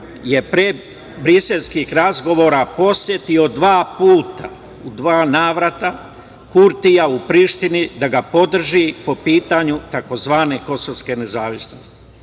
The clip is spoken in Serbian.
je pre briselskih razgovora posetio u dva navrata Kurtija u Prištini da ga podrži po pitanju tzv. kosovske nezavisnosti.